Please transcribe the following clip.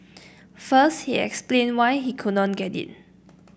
first he explained why he could not get it